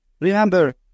Remember